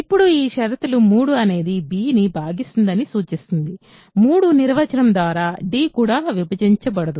ఇప్పుడు ఈ షరతు 3 అనేది b ని భాగించదని సూచిస్తుంది 3 నిర్వచనం ద్వారా d కూడా విభజించబడదు